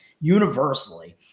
universally